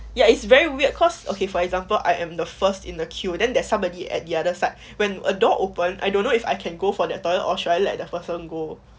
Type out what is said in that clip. ya it's very weird cause okay for example I am the first in the queue then there's somebody at the other side when a door open I don't know if I can go for that toilet or should I let the person go